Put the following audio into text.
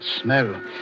smell